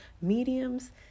Mediums